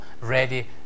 ready